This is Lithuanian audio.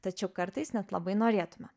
tačiau kartais net labai norėtume